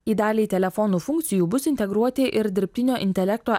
į dalį telefonų funkcijų bus integruoti ir dirbtinio intelekto